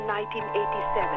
1987